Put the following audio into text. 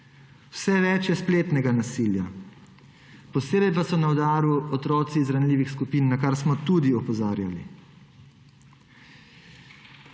Vse več je spletnega nasilja, posebej pa so na udaru otroci iz ranljivih skupin, na kar smo tudi opozarjali.